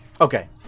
Okay